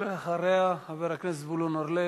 אחריה, חבר הכנסת זבולון אורלב.